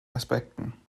aspekten